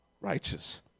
righteous